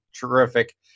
terrific